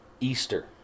Easter